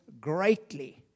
greatly